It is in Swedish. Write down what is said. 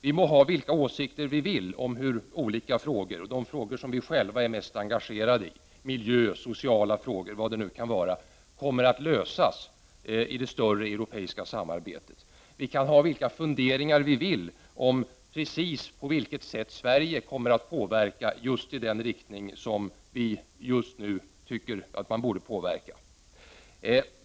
Vi må ha vilka åsikter vi vill om hur olika frågor och de frågor som vi själva är mest engagerade i — miljö, sociala frågor och vad det nu kan vara — kommer att lösas i det större europeiska samarbetet, och vi kan ha vilka funderingar vi vill om precis på vilket sätt Sverige kommer att påverka utvecklingen i just den riktning som vi just nu tycker att man borde påverka.